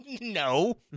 No